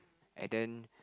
and then